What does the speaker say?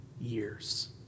years